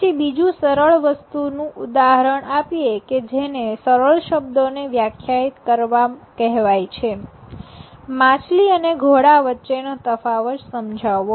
પછી બીજું સરળ વસ્તુનું ઉદાહરણ આપીએ કે જેને સરળ શબ્દો ને વ્યાખ્યાયિત કરવા કહેવાય છે માછલી અને ઘોડા વચ્ચે નો તફાવત સમજાવવો